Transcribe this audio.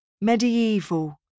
medieval